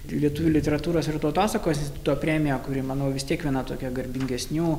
lietuvių literatūros ir tautosakos instituto premija kuri manau vis tiek viena tokia garbingesnių